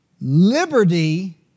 Liberty